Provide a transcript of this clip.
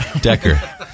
Decker